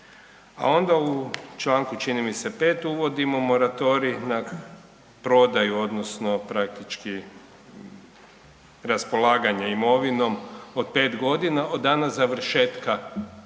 a onda u članku čini mi se 5., uvodimo moratorij na prodaju odnosno praktički raspolaganje imovinom od pet godina od dana završetka objekta,